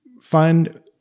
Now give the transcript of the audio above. find